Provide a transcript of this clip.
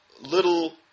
little